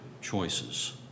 choices